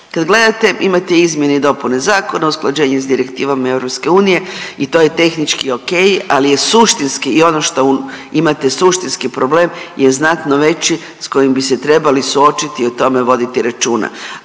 kad gledate, imate izmjene i dopune zakona, usklađenje s direktivom EU i to je tehnički okej, ali je suštinski i ono što imate suštinski problem je znatno veći s kojim bi se trebali suočiti i tome voditi računa,